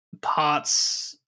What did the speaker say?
parts